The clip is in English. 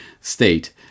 state